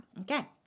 Okay